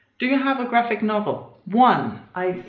do you have a graphic novel? one! i,